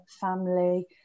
family